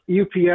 UPS